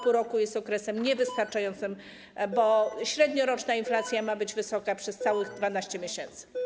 Pół roku jest okresem niewystarczającym, bo średnioroczna inflacja ma być wysoka przez całe 12 miesięcy.